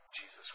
Jesus